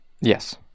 Yes